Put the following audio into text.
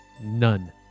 None